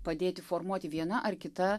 padėti formuoti viena ar kita